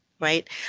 right